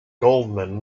goldman